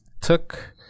took